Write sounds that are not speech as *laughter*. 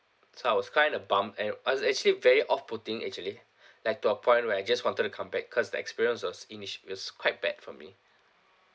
so I was kind of bummed and was actually very off-putting actually *breath* like to a point where I just wanted to come back cause the experience was in sh~ was quite bad for me